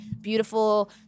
beautiful